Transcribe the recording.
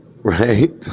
right